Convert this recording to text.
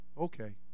Okay